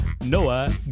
Noah